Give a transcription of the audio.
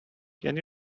can